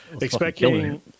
expecting